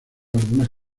algunas